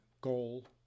Goal